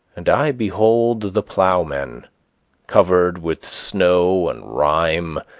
and i behold the plowmen covered with snow and rime,